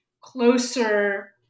closer